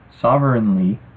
sovereignly